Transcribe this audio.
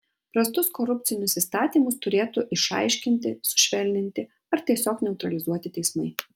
prastus korupcinius įstatymus turėtų išaiškinti sušvelninti ar tiesiog neutralizuoti teismai